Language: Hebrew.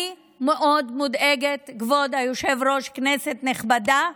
אני מאוד מודאגת, כבוד היושב-ראש, כנסת נכבדה,